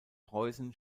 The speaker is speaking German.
preußen